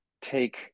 take